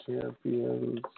Champions